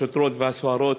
השוטרות והסוהרות